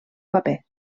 paper